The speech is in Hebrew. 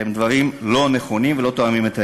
זה דברים לא נכונים ולא תואמים את האמת.